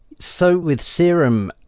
so with serum,